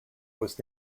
was